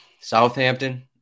Southampton